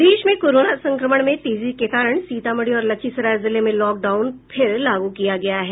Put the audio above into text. प्रदेश में कोरोना संक्रमण में तेजी के कारण सीतामढ़ी और लखीसराय जिले में लॉकडाउन फिर लागू किया गया है